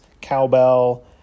cowbell